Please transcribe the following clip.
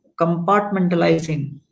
compartmentalizing